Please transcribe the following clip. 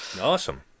Awesome